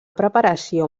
preparació